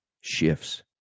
shifts